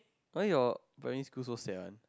why your primary school so sad one